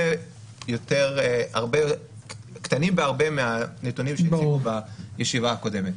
בהרבה מהנתונים שהציגו בישיבה הקודמת.